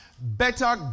better